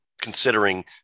considering